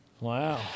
Wow